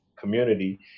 community